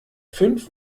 fünf